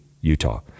Utah